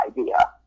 idea